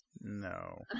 no